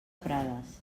prades